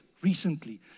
recently